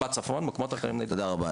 תודה רבה.